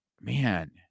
man